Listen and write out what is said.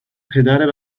پدر